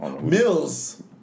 Mills